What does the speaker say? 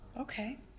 Okay